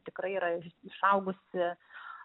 tikrai yra išaugusi